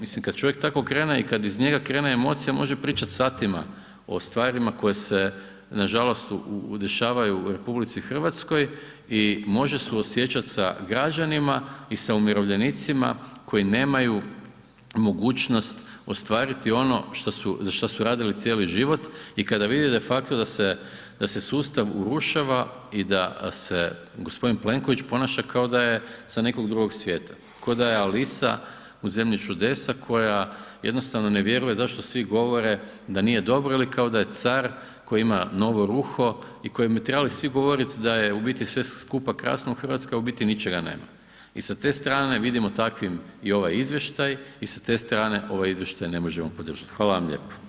Mislim, kad čovjek tako okrene i kad iz njega krene emocija, može pričat satima o stvarima koje se nažalost dešavaju u RH i može suosjećat sa građanima i sa umirovljenicima koji nemaju mogućnost ostvariti ono za šta su radili cijeli život i kada vide de facto da se sustav urušava i da se g. Plenković ponaša kao da je sa nekog drugog svijeta, kao da je Alisa u zemlji čudesa koja jednostavno ne vjeruje zašto svi govore da nije dobro ili kao da je car koji ima novo ruho i kojemu bi trebali svi govoriti da je u biti sve skupa krasno u Hrvatskoj a u biti ničega nema i sa te strane vidimo takvim i ovaj izvještaj i sa te strane ovaj izvještaj ne možemo podržati, hvala vam lijepo.